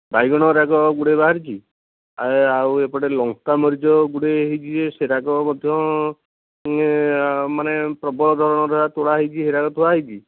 ବାଇଗଣ ଗୁଡ଼ାକ ଗୁଡ଼ାଏ ବାହାରିଛି ଆଉ ଏପଟେ ଲଙ୍କା ମରିଚ ଗୁଡ଼ାଏ ହୋଇଛି ଯେ ସେଯାକ ମଧ୍ୟ ମାନେ ପ୍ରବଳ ଧାରଣର ତୋଳାହୋଇଛି ସେ ଗୁଡ଼ାକ ଥୁଆହୋଇଛି